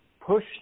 push